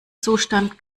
zustand